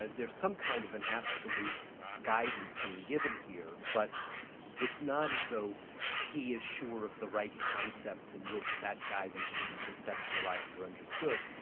ah there's some kind of an absolute guidance being given here, but it's not as though he is sure of the right concepts in which that guidance should be conceptualised or understood.